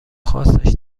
خاصش